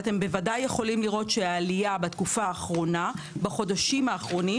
אתם בוודאי יכולים לראות שהעלייה בחודשים האחרונים